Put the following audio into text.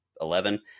Eleven